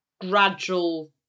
gradual